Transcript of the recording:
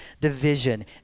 division